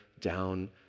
down